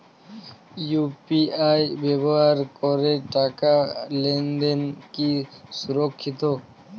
UPI ব্যবহার করে টাকা লেনদেন কি সুরক্ষিত?